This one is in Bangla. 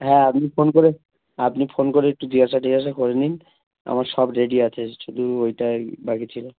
হ্যাঁ আপনি ফোন করে আপনি ফোন করে একটু জিজ্ঞাসা টিজ্ঞাসা করে নিন আমার সব রেডি আছে শুধু ওইটাই বাকি ছিল